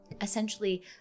essentially